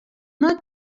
not